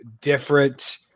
different